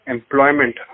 Employment